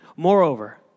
Moreover